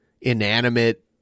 inanimate